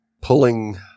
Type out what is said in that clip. pulling